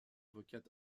avocate